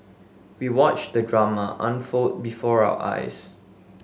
we watched the drama unfold before our eyes